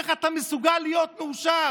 איך אתה מסוגל להיות מאושר?